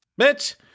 Bitch